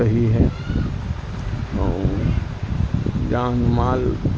سب صحیح ہے جان مال